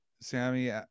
sammy